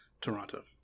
Toronto